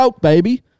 baby